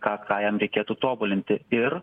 ką ką jam reikėtų tobulinti ir